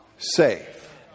safe